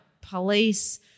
police